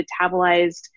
metabolized